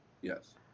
Yes